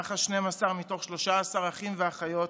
האח ה-12 מתוך 13 אחים ואחיות,